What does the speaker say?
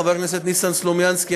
חבר הכנסת ניסן סלומינסקי,